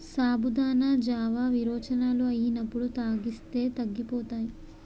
సాబుదానా జావా విరోచనాలు అయినప్పుడు తాగిస్తే తగ్గిపోతాయి